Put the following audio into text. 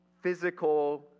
physical